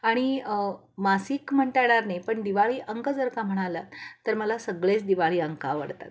आणि मासिक म्हणता येणार नाही पण दिवाळी अंक जर का म्हणाला तर मला सगळेच दिवाळी अंक आवडतात